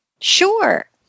sure